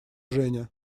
женя